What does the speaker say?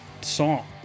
song